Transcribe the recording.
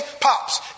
pops